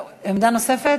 עמדה נוספת?